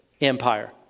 Empire